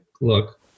look